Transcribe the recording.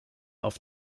auf